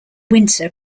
winter